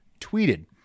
tweeted